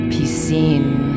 Piscine